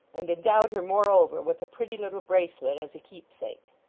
and endowed her moreover with a pretty little bracelet as a keepsake.